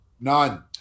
None